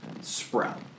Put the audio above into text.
sprout